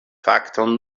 fakton